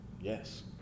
Yes